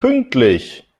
pünktlich